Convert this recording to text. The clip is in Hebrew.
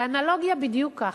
באנלוגיה בדיוק כך,